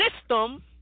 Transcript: system